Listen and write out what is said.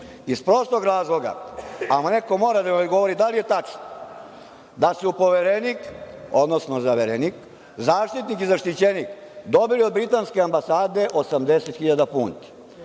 iz prostog razloga, a neko mora da mi odgovori da li je tačno da su Poverenik, odnosno zaverenik, Zaštitnik, zaštićenik, dobili od britanske ambasade 80